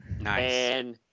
Nice